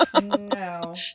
No